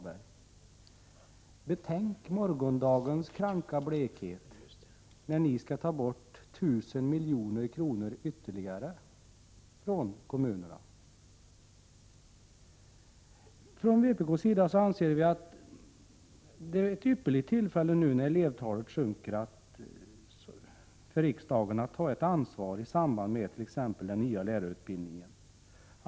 Betänk morgondagens kranka blekhet när ni skall ta 1000 milj.kr. ytterligare från kommunerna! Vi från vpk anser att det är ett ypperligt tillfälle för riksdagen, nu när elevantalet sjunker, att ta ett ansvar, t.ex. i samband med den nya lärarutbildningen.